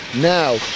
Now